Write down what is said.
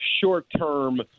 short-term